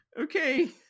Okay